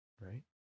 right